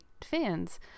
fans